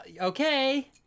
okay